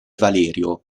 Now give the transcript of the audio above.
valerio